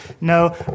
No